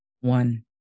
one